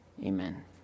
Amen